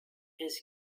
his